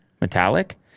metallic